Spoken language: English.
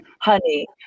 honey